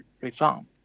reform